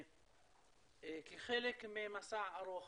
כחלק ממסע ארוך